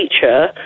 teacher